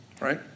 right